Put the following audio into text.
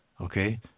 okay